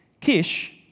Kish